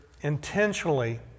intentionally